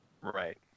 Right